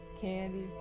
candy